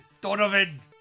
Donovan